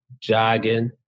jogging